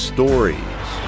Stories